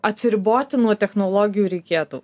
atsiriboti nuo technologijų reikėtų